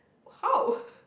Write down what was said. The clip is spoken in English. how